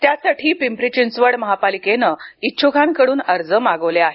त्यासाठी पिंपरी चिंचवड महापालिकेनं इच्छुकांकडून अर्ज मागवले आहेत